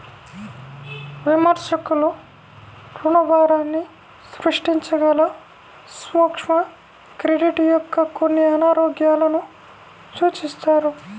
విమర్శకులు రుణభారాన్ని సృష్టించగల సూక్ష్మ క్రెడిట్ యొక్క కొన్ని అనారోగ్యాలను సూచిస్తారు